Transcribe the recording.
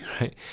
right